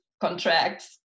contracts